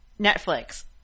Netflix